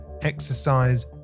exercise